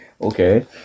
Okay